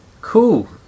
Cool